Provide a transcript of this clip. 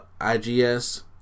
IGS